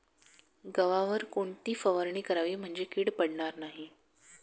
गव्हावर कोणती फवारणी करावी म्हणजे कीड पडणार नाही?